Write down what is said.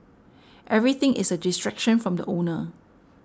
everything is a distraction from the owner